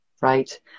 right